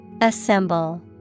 Assemble